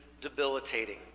debilitating